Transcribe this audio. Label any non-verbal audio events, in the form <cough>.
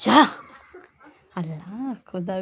<unintelligible> আল্লাহ খুদা